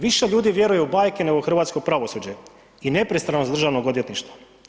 Više ljudi vjeruju u bajke nego u hrvatsko pravosuđe i nepristranost državnog odvjetništva.